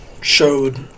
showed